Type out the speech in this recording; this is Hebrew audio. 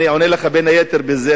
אני עונה לך בין היתר בזה,